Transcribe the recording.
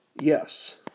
Yes